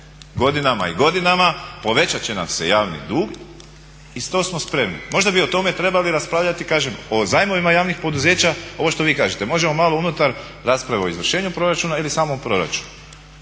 godinama i godinama, povećati će nam se javni dug i …/Govornik se ne razumije./… spremni. Možda bi o tome trebali raspravljati, kažem o zajmovima javnih poduzeća. Ovo što vi kažete, možemo malo unutar rasprave o izvršenju proračuna ili samom proračunu.